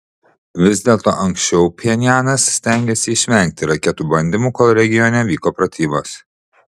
vis dėlto anksčiau pchenjanas stengėsi išvengti raketų bandymų kol regione vyko pratybos